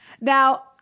now